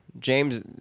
james